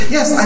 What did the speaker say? Yes